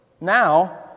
Now